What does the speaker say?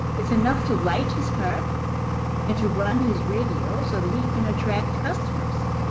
it's enough to light his cart and to run his radio so that he can attract customers.